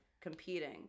competing